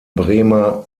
bremer